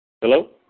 Hello